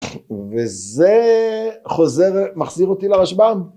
וזה חוזר ומחזיר אותי לרשבם.